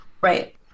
right